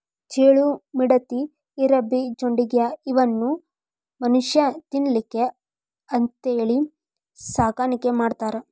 ಚೇಳು, ಮಿಡತಿ, ಇರಬಿ, ಜೊಂಡಿಗ್ಯಾ ಇವನ್ನು ಮನುಷ್ಯಾ ತಿನ್ನಲಿಕ್ಕೆ ಅಂತೇಳಿ ಸಾಕಾಣಿಕೆ ಮಾಡ್ತಾರ